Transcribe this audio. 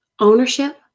ownership